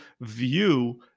view